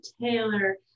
Taylor